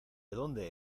dónde